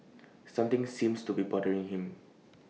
something seems to be bothering him